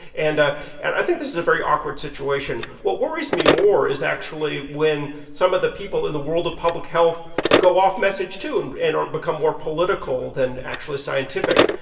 and and i think this is a very awkward situation what worries me more is actually when some of the people in the world of public health go off message, too, and are become more political than actually scientific.